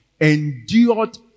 endured